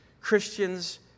Christians